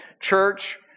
church